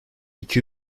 iki